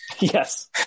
Yes